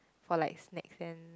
for like snacks and